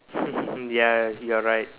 ya you are right